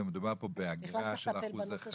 אלא מדובר פה באגרה של 1%,